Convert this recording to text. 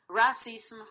racism